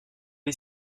est